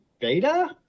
beta